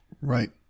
Right